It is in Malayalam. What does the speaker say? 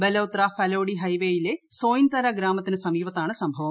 ബലോത്ര ഫലോഡി ഹൈവേയിലെ സോയിൻത്തര ഗ്രാമത്തിന് സമീപത്താണ് സംഭവം